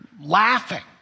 laughing